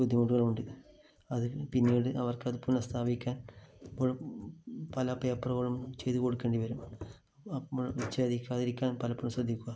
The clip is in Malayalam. ബുദ്ധിമുട്ടുകളുണ്ട് അത് പിന്നീട് അവർക്കത് പുനസ്ഥാപിക്കാൻ പല പേപ്പറുകളും ചെയ്തുകൊടുക്കേണ്ടി വരും അപ്പോൾ വിച്ഛേദിക്കാതിരിക്കാൻ പലപ്പോഴും ശ്രദ്ധിക്കുക